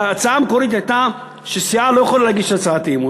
ההצעה המקורית הייתה שסיעה לא יכולה להגיש הצעת אי-אמון.